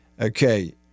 okay